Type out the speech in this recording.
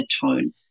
tone